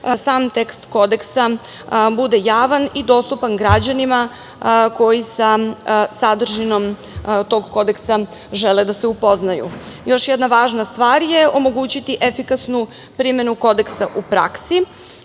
sam tekst Kodeksa bude javan i dostupan građanima koji sa sadržinom tog Kodeksa žele da se upoznaju. Još jedna važna stvar je omogućiti efikasnu primenu Kodeksa u praksi